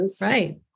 Right